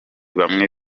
bamwe